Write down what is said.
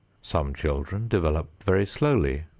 some children develop very slowly,